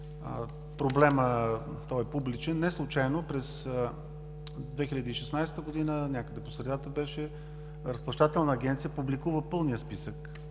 Проблемът е публичен. Неслучайно през 2016 г., някъде по средата беше, разплащателна агенция публикува пълния списък.